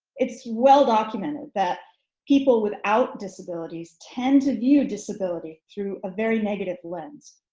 it's well documented that people without disabilities tend to view disability through a very negative lens.